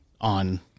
On